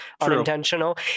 unintentional